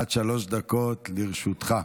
עד שלוש דקות לרשותך.